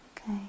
okay